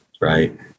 Right